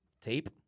Tape